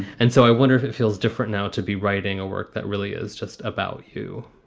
and so i wonder if it feels different now to be writing a work that really is just about you